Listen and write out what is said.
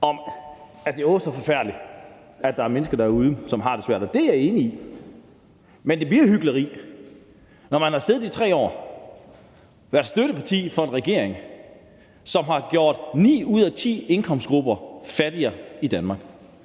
at det er åh så forfærdeligt, at der er mennesker derude, som har det svært – og det er jeg enig i – så bliver hykleri, når man har siddet i 3 år og været støtteparti for en regering, som har gjort ni ud af ti indkomstgrupper fattigere i Danmark,